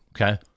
okay